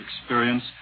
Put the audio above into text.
experience